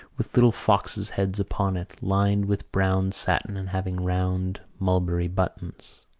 with little foxes' heads upon it, lined with brown satin and having round mulberry buttons.